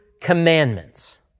commandments